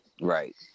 right